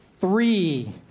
Three